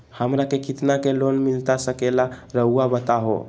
हमरा के कितना के लोन मिलता सके ला रायुआ बताहो?